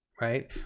Right